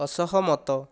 ଅସହମତ